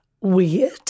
weird